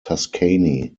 tuscany